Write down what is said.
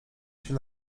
się